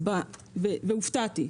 הופתעתי.